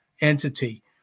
entity